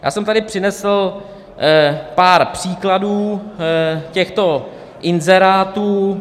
Já jsem tady přinesl pár příkladů těchto inzerátů.